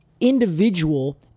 individual